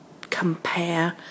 compare